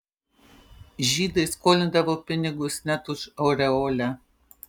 žydai skolindavo pinigus net už aureolę